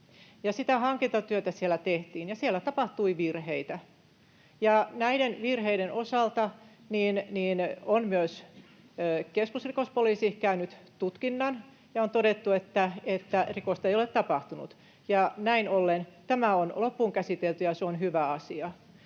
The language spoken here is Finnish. sitä hankintatyötä siellä tehtiin, ja siellä tapahtui virheitä. Näiden virheiden osalta on myös keskusrikospoliisi käynyt tutkinnan, ja on todettu, että rikosta ei ole tapahtunut. Näin ollen tämä on loppuun käsitelty, ja se on hyvä asia.